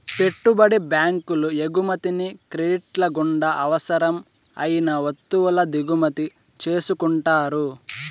పెట్టుబడి బ్యాంకులు ఎగుమతిని క్రెడిట్ల గుండా అవసరం అయిన వత్తువుల దిగుమతి చేసుకుంటారు